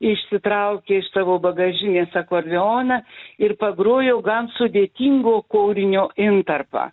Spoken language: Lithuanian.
išsitraukė iš savo bagažinės akordeoną ir pagrojo gan sudėtingo kūrinio intarpą